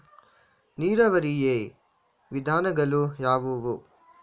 ನೀರಾವರಿಯ ವಿಧಾನಗಳು ಯಾವುವು?